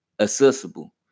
accessible